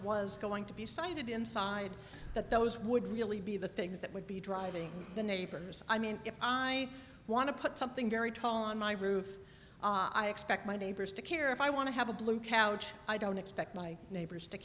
was going to be sited inside but those would really be the things that would be driving the neighbors i mean if i want to put something very tall on my roof i expect my neighbors to care if i want to have a blue couch i don't expect my neighbors to